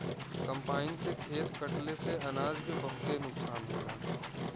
combine से खेत कटले से अनाज के बहुते नुकसान होला